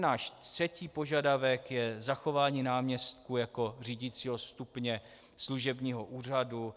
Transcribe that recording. Náš třetí požadavek je zachování náměstků jako řídicího stupně služebního úřadu.